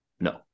No